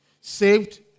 Saved